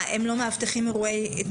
הם לא מאבטחים אירועי תרבות?